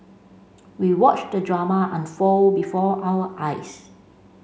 we watched the drama unfold before our eyes